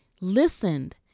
listened